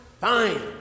Fine